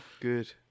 Good